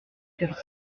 quatre